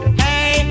hey